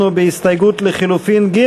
לחלופין (ב)